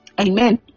Amen